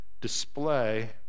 display